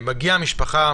מגיעה משפחה